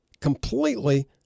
completely